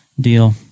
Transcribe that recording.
deal